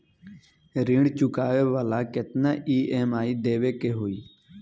ऋण चुकावेला केतना ई.एम.आई देवेके होई?